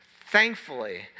Thankfully